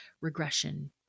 regression